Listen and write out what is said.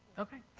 okay!